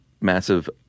massive